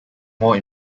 more